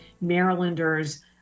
marylanders